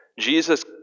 Jesus